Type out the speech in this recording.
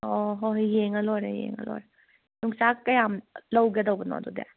ꯑꯣ ꯍꯣꯏ ꯍꯣꯏ ꯌꯦꯡꯉ ꯂꯣꯏꯔꯦ ꯌꯦꯡꯉ ꯂꯣꯏꯔꯦ ꯌꯣꯡꯆꯥꯛ ꯀꯌꯥꯝ ꯂꯧꯒꯗꯕꯅꯣ ꯑꯗꯨꯗꯤ